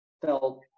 felt